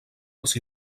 els